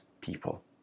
people